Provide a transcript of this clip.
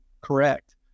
correct